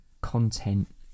content